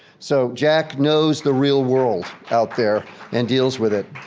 so jack knows the real world out there and deals with it.